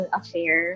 affair